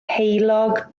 heulog